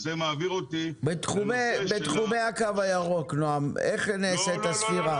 נועם, בתחומי הקו הירוק, איך נעשית הספירה?